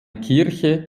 kirche